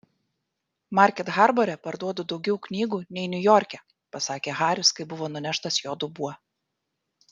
market harbore parduodu daugiau knygų nei niujorke pasakė haris kai buvo nuneštas jo dubuo